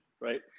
right